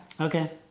Okay